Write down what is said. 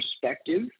perspective